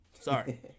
Sorry